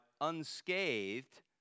unscathed